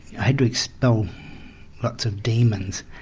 i had to expel lots of demons,